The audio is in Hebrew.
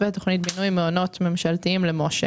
ותוכנית בינוי מעונות ממשלתיים למש"ה